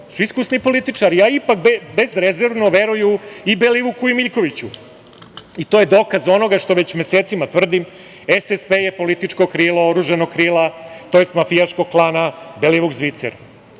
iskusni političari i ipak bezrezervno veruju i Belivuku i Miljkoviću i to je dokaz onoga što već mesecima tvrdim – SSP je političko krilo oružanog krila, to jest mafijaškog klana Belivuk – Zvicer. Da